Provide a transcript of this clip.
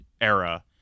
era